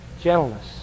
gentleness